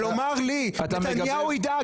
לומר לי שנתניהו ידאג,